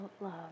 love